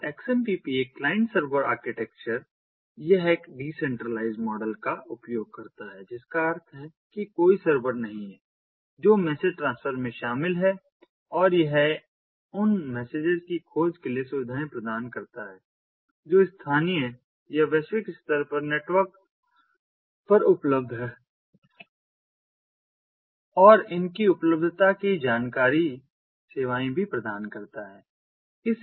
तो XMPP एक client server architecture यह एक डिसेंट्रलाइज्ड मॉडल का उपयोग करता है जिसका अर्थ है कि कोई सर्वर नहीं है जो मैसेज ट्रांसफर में शामिल है और यह उन मैसेजेस की खोज के लिए सुविधाएं प्रदान करता है जो स्थानीय या वैश्विक स्तर पर नेटवर्क पर उपलब्ध हैं और इनकी उपलब्धता की जानकारी सेवाएं भी प्रदान करता है